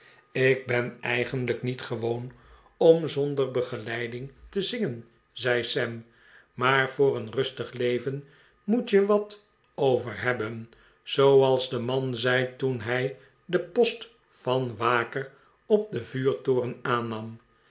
ik ben eigenlijk nie't gewoon om zonder begeleiding te zingen zei sam maar voor een rustig leven moet je wat over hebben zooals de man zei toen hij den post van waker op den vuurtoren aannam